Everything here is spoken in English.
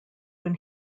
when